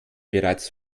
bereits